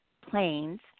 planes